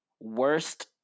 Worst